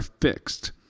fixed